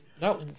No